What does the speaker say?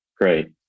great